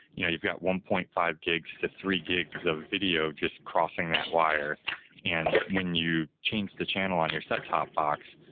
you know you've got one point five gigs to three gigs of video just crossing that wire and when you change the channel on your set-top box,